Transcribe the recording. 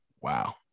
Wow